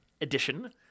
edition